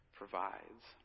provides